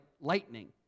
lightning